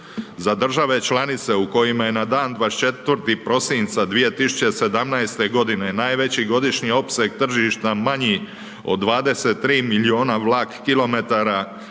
Za države članica u kojima je na dan 24. prosinca 2017. g. najveći godišnji opseg tržišta manji od 23 milijuna vlak kilometara